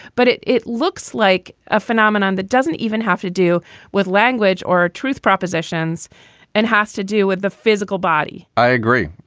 but it it looks like a phenomenon that doesn't even have to do with language or truth propositions and has to do with the physical body i agree.